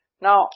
Now